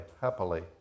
happily